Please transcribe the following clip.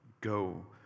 Go